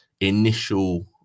initial